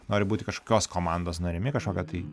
nori būti kažkokios komandos narimi kažkokio tai